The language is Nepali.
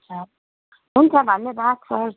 हुन्छ धन्यवाद सर